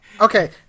Okay